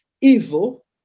evil